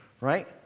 right